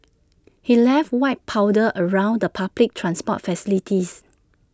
he left white powder around the public transport facilities